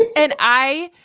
and i,